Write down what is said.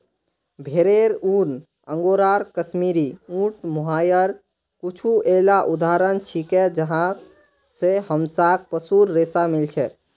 भेरेर ऊन, अंगोरा, कश्मीरी, ऊँट, मोहायर कुछू येला उदाहरण छिके जहाँ स हमसाक पशुर रेशा मिल छेक